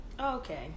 Okay